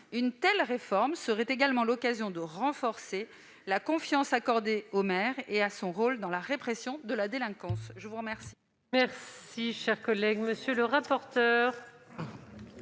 Une telle réforme serait également l'occasion de renforcer la confiance accordée aux maires et à leur rôle dans la répression de la délinquance. Quel